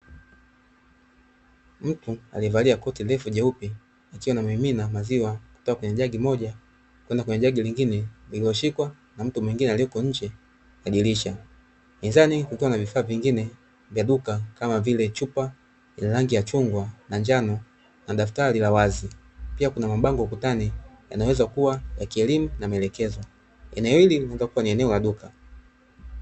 Mtu aliyevalia koti refu jeupe akiwa anamimina maziwa kutoka kwenye jagi moja kwenda kwenye jagi lingine, lililoshikwa na mtu mwingine aliyeko nje ya dirisha, mezani kukiwa na vifaa vingine vya duka kama vile: chupa yenye rangi ya chungwa na njano na daftari la wazi, pia kuna mabango ukutani yanaweza kuwa ya kielimu na maelekezo. Eneo hili linaweza kuwa ni eneo la duka.